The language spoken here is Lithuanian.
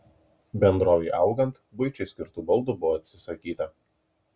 bendrovei augant buičiai skirtų baldų buvo atsisakyta